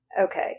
Okay